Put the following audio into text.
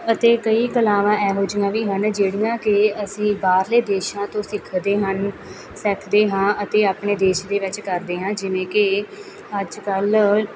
ਅਤੇ ਕਈ ਕਲਾਵਾਂ ਇਹੋ ਜਿਹੀਆਂ ਵੀ ਹਨ ਜਿਹੜੀਆਂ ਕਿ ਅਸੀਂ ਬਾਹਰਲੇ ਦੇਸ਼ਾਂ ਤੋਂ ਸਿੱਖਦੇ ਹਨ ਸਿੱਖਦੇ ਹਾਂ ਅਤੇ ਆਪਣੇ ਦੇਸ਼ ਦੇ ਵਿੱਚ ਕਰਦੇ ਹਾਂ ਜਿਵੇਂ ਕਿ ਅੱਜ ਕੱਲ੍ਹ